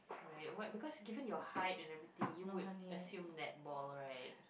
right what because given your height and everything you would assume netball right